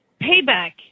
payback